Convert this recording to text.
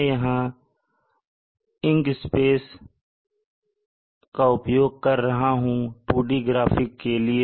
मैं यहां इंकस्केप का उपयोग कर रहा हूं 2D ग्राफिक के लिए